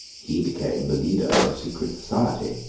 he became the leader of a secret society,